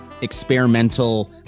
Experimental